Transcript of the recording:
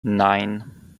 nine